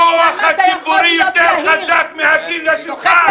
הכוח הציבורי יותר חזק מהגילדה שלך,